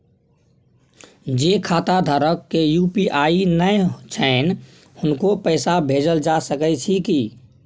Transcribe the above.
जे खाता धारक के यु.पी.आई नय छैन हुनको पैसा भेजल जा सकै छी कि?